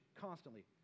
constantly